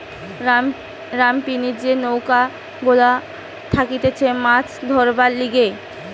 রামপিনি যে নৌকা গুলা থাকতিছে মাছ ধরবার লিগে